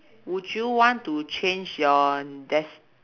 would you want to change your des~